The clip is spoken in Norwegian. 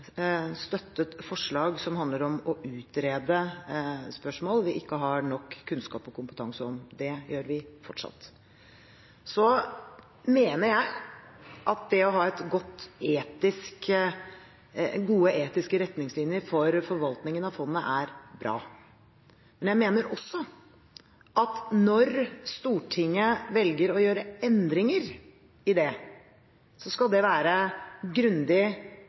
nok kunnskap om og kompetanse på. Det gjør vi fortsatt. Så mener jeg at det å ha gode etiske retningslinjer for forvaltningen av fondet er bra. Men jeg mener også at når Stortinget velger å gjøre endringer i det, skal det være grundig